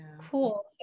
cool